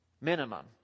Minimum